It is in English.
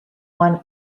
one